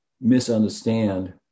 misunderstand